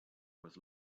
was